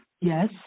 Yes